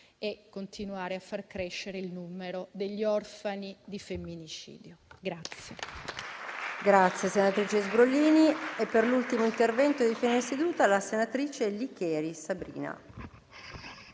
continuando a far crescere il numero degli orfani di femminicidio.